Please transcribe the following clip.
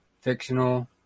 fictional